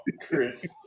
Chris